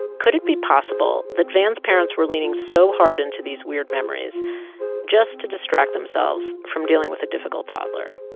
could it be possible that van's parents were leaning so hard into these weird memories just to distract themselves from dealing with a difficult toddler?